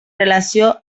relació